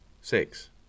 Six